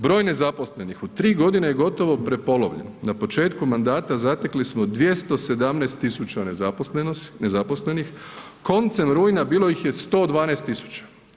Broj nezaposlenih u tri godine je gotovo prepolovljen, na početku mandata zatekli smo 217 tisuća nezaposlenih, koncem rujna bilo ih je 112 tisuća.